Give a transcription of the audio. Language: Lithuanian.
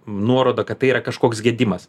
nuoroda kad tai yra kažkoks gedimas